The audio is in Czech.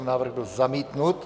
Návrh byl zamítnut.